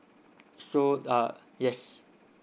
so uh yes